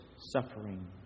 suffering